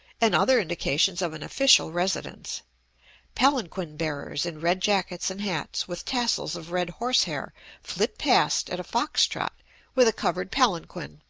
and other indications of an official residence palanquin-bearers in red jackets and hats with tassels of red horse-hair flit past at a fox-trot with a covered palanquin,